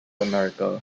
america